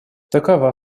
такова